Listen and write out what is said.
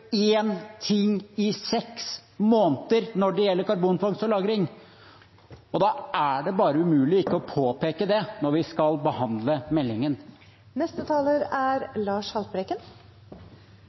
i seks måneder når det gjelder karbonfangst og -lagring, og da er det umulig å ikke påpeke det når vi skal behandle meldingen. Etter det siste innlegget er